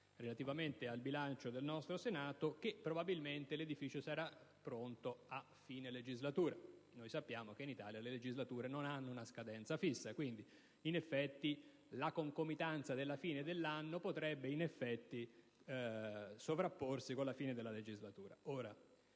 generale sul bilancio del nostro Senato, che probabilmente l'edificio sarà pronto a fine legislatura. Sappiamo però che in Italia le legislature non hanno una scadenza fissa; quindi, in effetti, la concomitanza della fine dell'anno potrebbe sovrapporsi con la fine della legislatura.